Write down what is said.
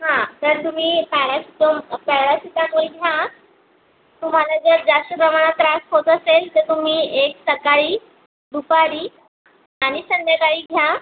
हा तर तुम्ही पॅरासिटोमॉल पॅरासिटामॉल घ्या तुम्हाला जर जास्त प्रमाणात त्रास होत असेल तर तुम्ही एक सकाळी दुपारी आणि संध्याकाळी घ्या